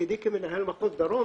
כמנהל מחוז דרום